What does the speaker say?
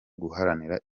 guharanira